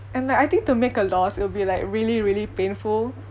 and then I think to make a loss it'll be like really really painful